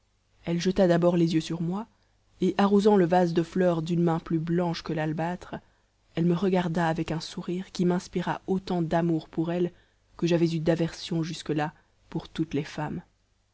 elle jeta d'abord les yeux sur moi et en arrosant le vase de fleurs d'une main plus blanche que l'albâtre elle me regarda avec un sourire qui m'inspira autant d'amour pour elle que j'avais eu d'aversion jusque là pour toutes les femmes